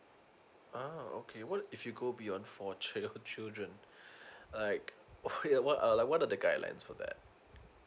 oh okay what if you go beyond for child children like what uh what are the guidelines for that